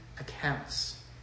accounts